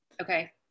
Okay